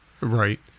Right